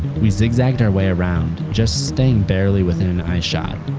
we zig-zagged our way around, just staying barely within an eyeshot.